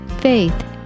faith